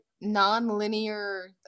non-linear